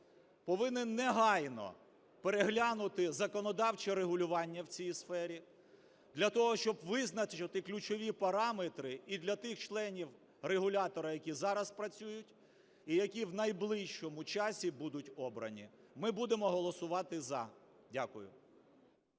повинен негайно переглянути законодавче регулювання в цій сфері для того, щоб визначити ключові параметри і для тих членів регулятора, які зараз працюють, і які в найближчому часі будуть обрані. Ми будемо голосувати "за". Дякую.